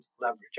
leverage